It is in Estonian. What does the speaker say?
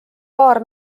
paar